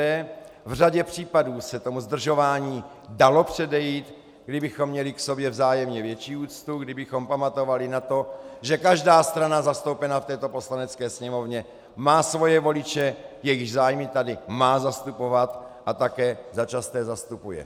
V řadě případů se tomu zdržování dalo předejít, kdybychom měli k sobě vzájemně větší úctu, kdybychom pamatovali na to, že každá strana zastoupená v této Poslanecké sněmovně má svoje voliče, jejichž zájmy tady má zastupovat a také začasté zastupuje.